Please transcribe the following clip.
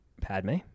Padme